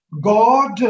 god